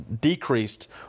decreased